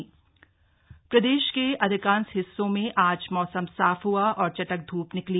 मौसम प्रदेश के अधिकांश हिस्सों में आज मौसम साफ हुआ और चटख धूप निकली